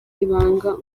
ibanga